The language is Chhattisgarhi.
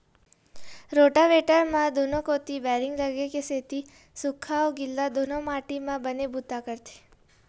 रोटावेटर म दूनो कोती बैरिंग लगे के सेती सूख्खा अउ गिल्ला दूनो माटी म बने बूता करथे